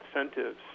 incentives